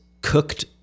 cooked